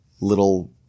little